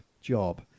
job